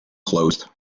closed